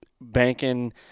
banking